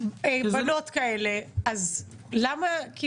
בנות כאלה, אז למה לעכב?